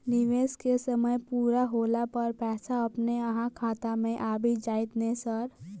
निवेश केँ समय पूरा होला पर पैसा अपने अहाँ खाता मे आबि जाइत नै सर?